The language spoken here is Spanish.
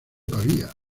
pavía